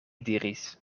diris